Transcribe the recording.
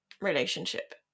relationship